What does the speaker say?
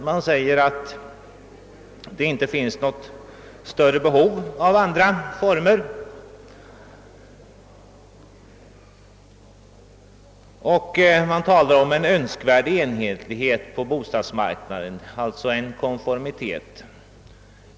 Man säger att det inte finns något större behov av andra former för samäganderätt och talar om en önskvärd enhetlighet på bostadsmarknaden, alltså en konformitet.